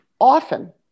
often